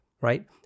right